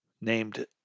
named